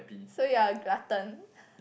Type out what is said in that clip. so you're a glutton